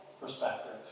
perspective